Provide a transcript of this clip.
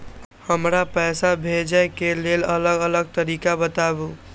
हमरा पैसा भेजै के लेल अलग अलग तरीका बताबु?